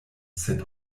sed